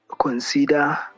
consider